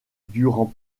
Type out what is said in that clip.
durant